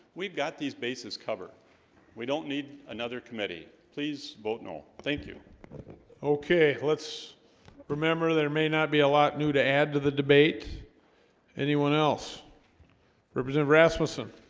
we've got these bases cover we don't need another committee please vote. no. thank you okay, let's remember there may not be a lot new to add to the debate anyone else represent of rasmussen